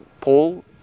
Paul